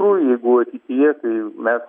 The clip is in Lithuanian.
nu jeigu ateityje kai mes